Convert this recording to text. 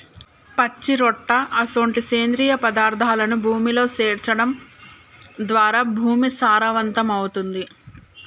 పచ్చిరొట్ట అసొంటి సేంద్రియ పదార్థాలను భూమిలో సేర్చడం ద్వారా భూమి సారవంతమవుతుంది